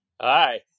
Hi